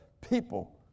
people